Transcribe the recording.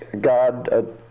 God